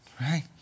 Right